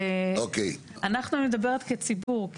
אנחנו אני מדברת כציבור,